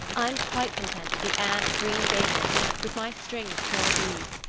i'm quite content to be anne of green gables, with my string of pearl beads.